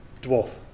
Dwarf